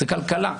זאת כלכלה.